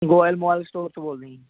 Goyal mobile store ਤੋਂ ਬੋਲਦੇ ਜੀ